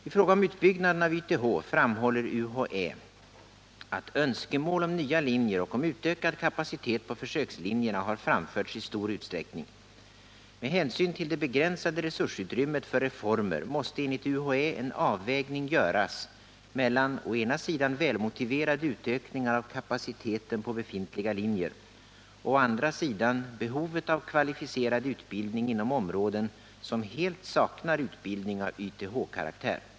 I fråga om utbyggnaden av YTH framhåller UHÄ att önskemål om nya linjer och om ökad kapacitet på försökslinjerna har framförts i stor utsträckning. Med hänsyn till det begränsade resursutrymmet för reformer måste enligt UHÄ en avvägning göras mellan å ena sidan välmotiverade utökningar av kapaciteten på befintliga linjer och å andra sidan behovet av kvalificerad utbildning inom områden som helt saknar utbildning av YTH karaktär.